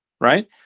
right